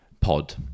pod